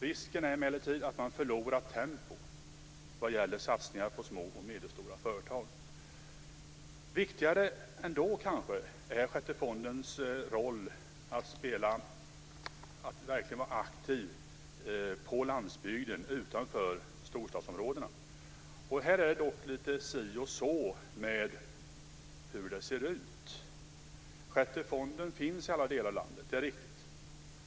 Risken är emellertid att man förlorar tempo vad gäller satsningar på små och medelstora företag. Viktigare ändå är kanske Sjätte AP-fondens roll att verkligen vara aktiv på landsbygden utanför storstadsområdena. Här är det dock lite si och så med hur det ser ut. Det är riktigt att Sjätte AP-fonden finns i alla delar av landet.